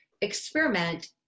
experiment